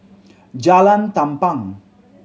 Jalan Tampang